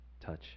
touch